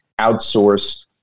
outsource